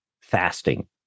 fasting